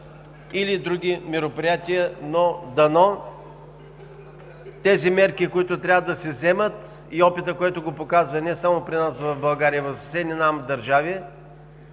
или други мероприятия. Дано тези мерки, които трябва да се вземат, и опитът, който го показва – не само при нас в България, а в съседни нам държави,